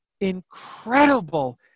incredible